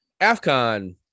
AFCON